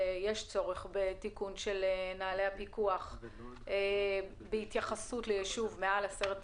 באמת יש צורך בתיקון של נוהלי הפיקוח בנוגע לגודל היישובים.